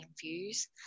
views